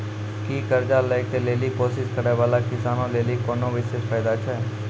कि कर्जा लै के लेली कोशिश करै बाला किसानो लेली कोनो विशेष फायदा छै?